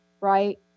right